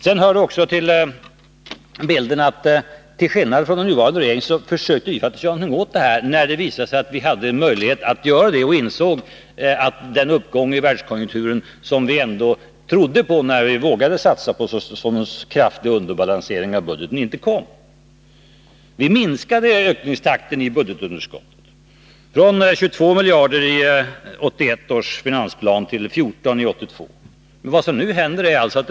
Det hör också till bilden att till skillnad från den nuvarande regeringen försökte vi göra någonting åt detta, när det visade sig att vi hade en möjlighet att göra det och när vi insåg att den uppgång i världskonjunkturen som vi ändå trodde på, då vi vågade satsa på en så kraftig underbalansering av budgeten, inte kom. Vi minskade ökningstakten i budgetunderskottet från 22 miljarder i 1981 års finansplan till 14 miljarder i 1982 års.